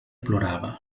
plorava